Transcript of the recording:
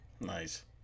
Nice